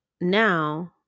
Now